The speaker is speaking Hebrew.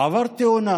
עבר תאונה.